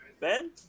Ben –